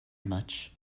much